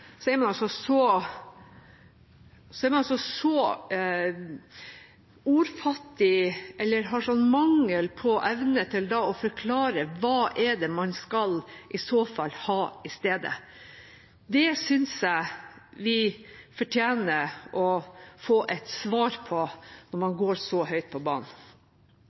så viktig, er man altså så ordfattig eller har slik mangel på evne til å forklare hva det er man i så fall skal ha i stedet. Det synes jeg vi fortjener å få et svar på, når man går så høyt på banen.